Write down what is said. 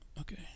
okay